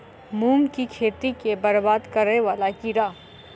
मूंग की खेती केँ बरबाद करे वला कीड़ा?